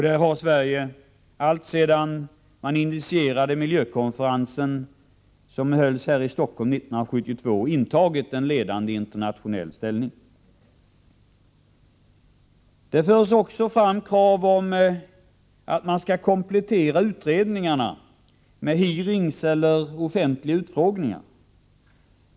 Vi i Sverige har alltsedan vi tog initiativet till den miljökonferens som hölls här i Stockholm 1972 intagit en ledande ställning internationellt. Det förs också fram krav på att man skall komplettera utredningarna med hearings eller offentliga utfrågningar.